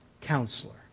Counselor